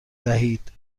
دهید